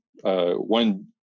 one